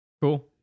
Cool